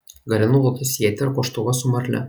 gali naudoti sietį ar koštuvą su marle